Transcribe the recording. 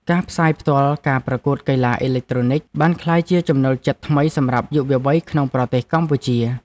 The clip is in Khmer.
ការផ្សាយផ្ទាល់ការប្រកួតកីឡាអេឡិចត្រូនិកបានក្លាយជាចំណូលចិត្តថ្មីសម្រាប់យុវវ័យក្នុងប្រទេសកម្ពុជា។